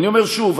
אני אומר שוב,